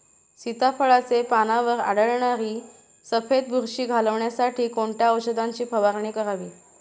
सीताफळाचे पानांवर आढळणारी सफेद बुरशी घालवण्यासाठी कोणत्या औषधांची फवारणी करावी?